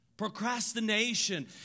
Procrastination